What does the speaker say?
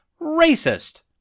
Racist